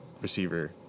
receiver